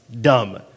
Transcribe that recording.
dumb